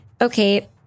Okay